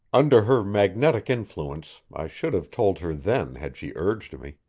under her magnetic influence, i should have told her then had she urged me.